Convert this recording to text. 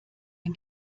den